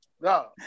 No